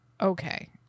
Okay